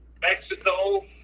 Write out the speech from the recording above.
Mexico